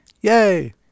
Yay